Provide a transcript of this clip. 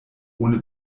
ohne